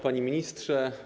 Panie Ministrze!